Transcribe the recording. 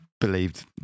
Believed